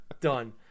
Done